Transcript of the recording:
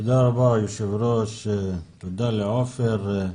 תודה רבה ליושב-ראש, תודה לעופר,